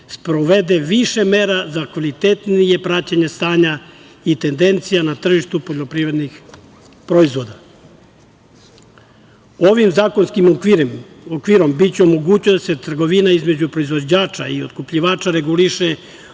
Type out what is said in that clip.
sprovede više mera za kvalitetnije praćenje stanja i tendencija na tržištu poljoprivrednih proizvoda. Ovim zakonskim okvirom biće mogućnosti trgovine, da se između proizvođača i otkupljivača reguliše